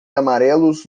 amarelos